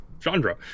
Chandra